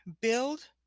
build